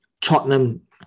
Tottenham